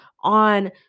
on